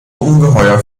ungeheuer